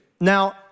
Now